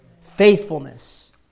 Faithfulness